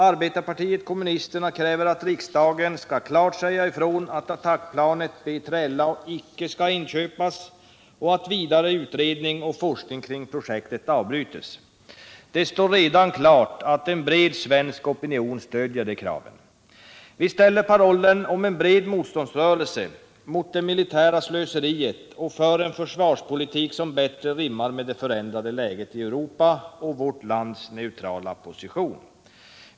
Arbetarpartiet kommunisterna kräver att riksdagen klart skall säga ifrån att attackplanet B3LA icke skall inköpas och att vidare utredning och forskning kring projektet skall avbrytas. Det står redan klart att en bred svensk opinion stödjer detta krav. Vi ställer parollen om en bred motståndsrörelse mot det militära slöseriet och för en försvarspolitik som bättre rimmar med det förändrade läget i Europa och vårt lands neutrala position.